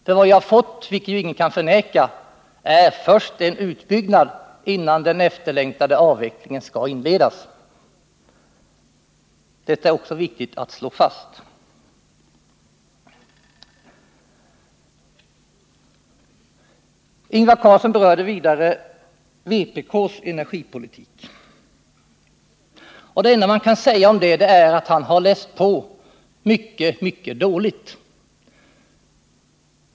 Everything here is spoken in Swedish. Vad vi har fått — vilket ju ingen kan förneka — är först en utbyggnad av kärnkraften innan den efterlängtade avvecklingen skall inledas. Detta är det också viktigt att slå fast. Ingvar Carlsson berörde vidare vpk:s energipolitik. Det enda man kan säga om det är att han har läst på mycket, mycket dåligt.